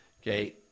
Okay